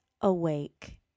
awake